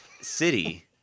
city